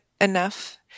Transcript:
enough